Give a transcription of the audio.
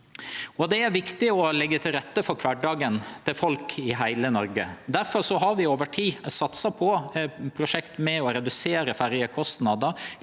Det er viktig å leggje til rette for kvardagen til folk i heile Noreg. Difor har vi over tid satsa på prosjekt for å redusere ferjekostnader